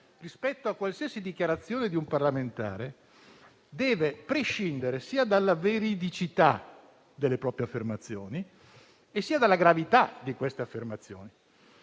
rispetto a qualsiasi dichiarazione di un parlamentare deve prescindere sia dalla veridicità, sia dalla gravità di queste affermazioni.